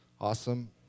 awesome